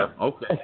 Okay